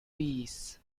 peace